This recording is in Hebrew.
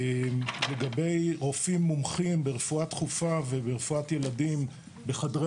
לגבי רופאים מומחים ברפואה דחופה וברפואת ילדים- בחדרי